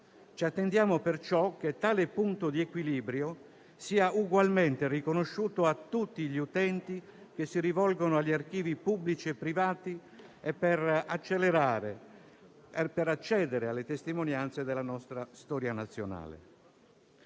Ci attendiamo perciò che tale punto di equilibrio sia ugualmente riconosciuto a tutti gli utenti che si rivolgono agli archivi pubblici e privati e per accedere alle testimonianze della nostra storia nazionale.